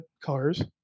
cars